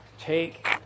Take